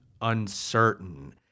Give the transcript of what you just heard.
uncertain